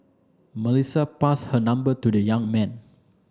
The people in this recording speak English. Melissa passed her number to the young man